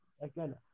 again